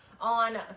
on